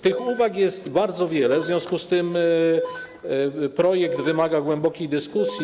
Tych uwag jest bardzo wiele, w związku z czym projekt wymaga głębokiej dyskusji.